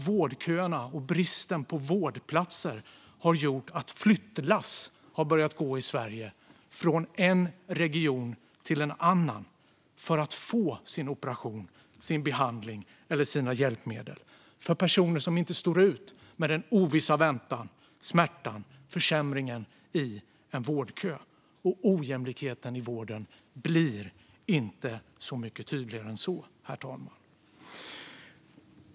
Vårdköerna och bristen på vårdplatser har nu gjort att flyttlass har börjat gå i Sverige från en region till en annan för att personer ska få sin operation, sin behandling eller sina hjälpmedel, personer som inte står ut med den ovissa väntan, smärtan och försämringen i en vårdkö. Ojämlikheten i vården blir inte mycket tydligare än så, herr talman.